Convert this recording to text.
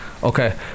Okay